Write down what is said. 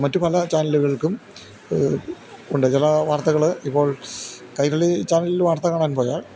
മറ്റു പല ചാനലുകൾക്കും ഉണ്ട് ചില വാർത്തകൾ ഇപ്പോൾ കൈരളി ചാനലിൽ വാർത്തകാണാൻ പോയാൽ